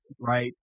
right